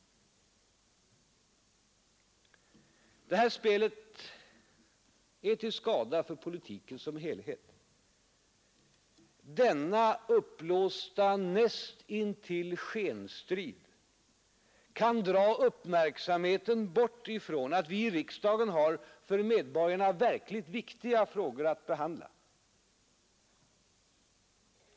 Det här spelet är till skada för politiken som helhet. Denna uppblåsta näst intill skenstrid kan dra uppmärksamheten bort ifrån att vi i riksdagen har för medborgarna verkligt viktiga frågor att behandla.